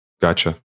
Gotcha